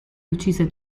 uccise